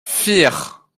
vier